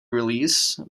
release